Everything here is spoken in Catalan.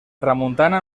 tramuntana